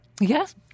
Yes